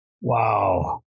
Wow